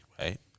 right